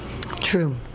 True